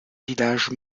village